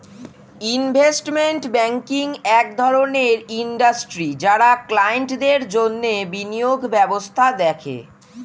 investment banking এক ধরণের industry যারা ক্লায়েন্টদের জন্যে বিনিয়োগ ব্যবস্থা দেখে